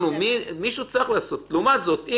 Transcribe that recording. לעומת זאת,